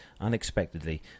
unexpectedly